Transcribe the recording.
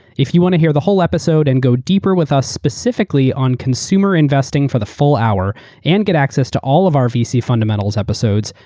if you want to hear the whole episode and go deeper with us specifically on consumer investing for the full hour and get access to all of our vc fundamentals episodes,